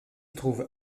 trouve